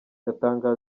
yatangije